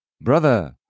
Brother